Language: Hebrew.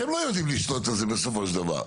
אתם לא יודעים לשלוט על זה בסופו של דבר.